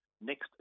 next